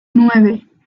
nueve